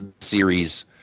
series